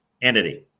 entity